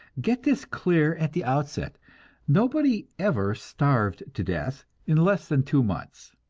get this clear at the outset nobody ever starved to death in less than two months,